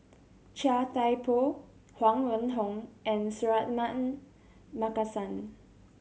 Chia Thye Poh Huang Wenhong and Suratman Markasan